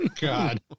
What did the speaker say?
God